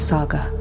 Saga